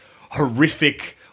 horrific